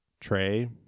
tray